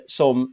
som